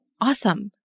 awesome